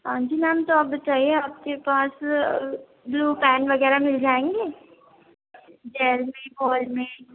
ہاں جی میم تو آپ بتائیے آپ کے پاس بلو پین وغیرہ مِل جائیں گے جیل میں بول میں